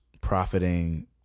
profiting